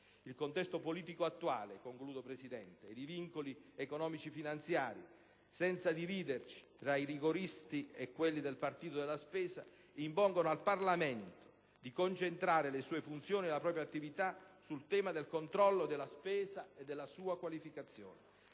il contesto politico attuale ed i vincoli economico-finanziari, senza dividerci tra i rigoristi e quelli del partito della spesa, impongono al Parlamento di concentrare le proprie funzioni e attività sul tema del controllo della spesa e della sua qualificazione.